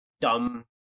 dumb